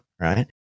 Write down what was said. Right